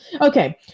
okay